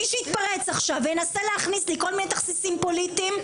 מי שיתפרץ עכשיו וינסה להכניס לי כל מיני תכסיסים פוליטיים,